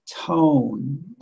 tone